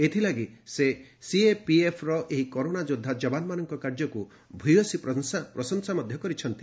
ଏଥିଲାଗି ସେ ସିଏପିଏଫ୍ର ଏହି କରୋନା ଯୋଦ୍ଧା ଯବାନମାନଙ୍କ କାର୍ଯ୍ୟକୁ ଭୂୟସୀ ପ୍ରଶଂସା କରିଛନ୍ତି